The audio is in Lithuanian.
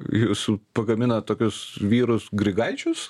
jūs pagaminat tokius vyrus grigaičius